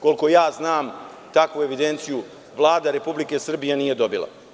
Koliko ja znam, takvu evidenciju Vlada Republike Srbije nije dobila.